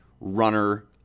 runner